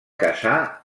casar